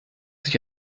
sich